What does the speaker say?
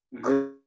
great